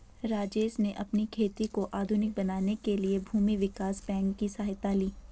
राजेश ने अपनी खेती को आधुनिक बनाने के लिए भूमि विकास बैंक की सहायता ली